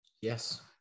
Yes